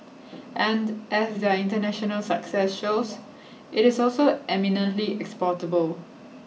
and as their international success shows it is also eminently exportable